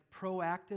proactive